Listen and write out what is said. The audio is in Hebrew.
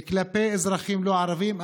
באזרחים לא ערבים,